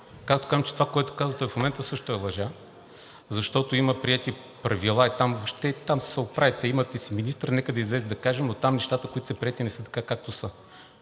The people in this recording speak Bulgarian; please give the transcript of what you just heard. Както и казвам, че това, което каза той в момента, също е лъжа, защото има приети правила и там въобще… Там си се оправяйте, имате си министър, нека да излезе и да каже, но там нещата, които са приети, не са така, както са,